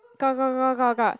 got got got got got